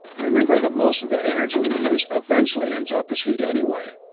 remember that most of the energy we use eventually ends up as heat anyway.